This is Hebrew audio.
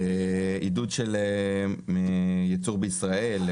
עידוד ייצור בישראל,